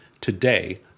Today